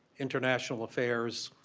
international affairs,